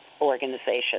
organization